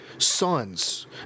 Sons